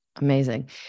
Amazing